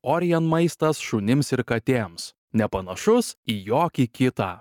orijen maistas šunims ir katėms nepanašus į jokį kitą